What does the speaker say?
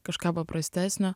kažką paprastesnio